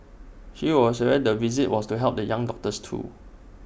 she was aware the visit was to help the young doctors too